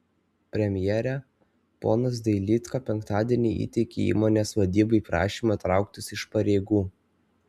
premjere ponas dailydka penktadienį įteikė įmonės valdybai prašymą trauktis iš pareigų